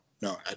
no